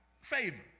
favor